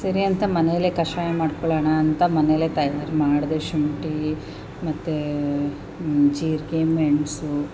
ಸರಿ ಅಂತ ಮನೇಲೆ ಕಷಾಯ ಮಾಡ್ಕೊಳ್ಳೋಣ ಅಂತ ಮನೇಲೆ ತಯಾರು ಮಾಡಿದೆ ಶುಂಠಿ ಮತ್ತೆ ಜೀರಿಗೆ ಮೆಣಸು